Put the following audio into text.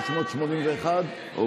אם